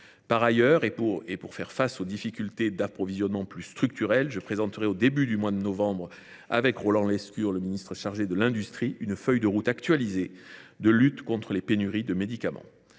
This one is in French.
Par ailleurs, pour faire face aux difficultés d’approvisionnement plus structurelles, je présenterai prochainement avec Roland Lescure, ministre chargé de l’industrie, une feuille de route actualisée de lutte contre les pénuries de médicaments.